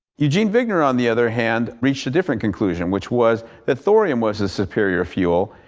eugene wigner on the other hand, reached a different conclusion which was that thorium was a superior fuel.